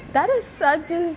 that is such a